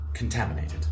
Contaminated